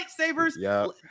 lightsabers